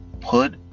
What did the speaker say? Put